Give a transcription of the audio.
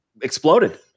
exploded